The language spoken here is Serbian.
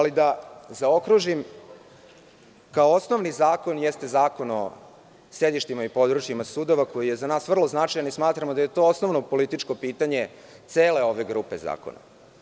Da zaokružim, kao osnovni zakon jeste zakon o sedištima i područjima sudova koji je za nas vrlo značajan i smatramo da je to osnovno političko pitanje cele ove grupe zakona.